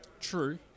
True